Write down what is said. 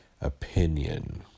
opinion